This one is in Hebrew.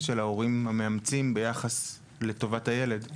של ההורים המאמצים ביחס לטובת הילד,